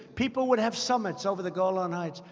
people would have summits over the golan heights.